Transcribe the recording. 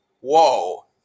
whoa